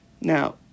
Now